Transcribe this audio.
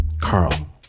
Carl